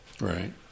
right